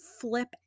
flip